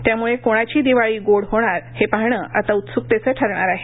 त्यामुळे कोणाची दिवाळी गोड होणार हे पाहणं आता उत्सुकतेचं ठरणार आहे